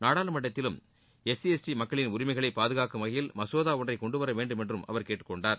நாடாளுமன்றத்திலும் SC ST மக்களின் உரிமைகளை பாதுகாக்கும் வகையில் மசோதா ஒன்றை கொண்டுவரவேண்டும் என்றும் அவர் கேட்டுக்கொண்டார்